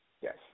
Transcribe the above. Yes